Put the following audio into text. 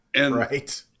Right